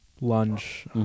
lunch